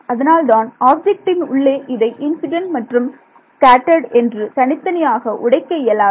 அதனால் தான் ஆப்ஜெக்ட்டின் உள்ளே இதை இன்சிடென்ட் மற்றும் ஸ்கேட்டர்ட் என்று தனித்தனியாக உடைக்க இயலாது